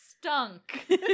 stunk